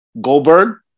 goldberg